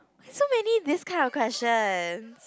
why so many this kind of questions